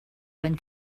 went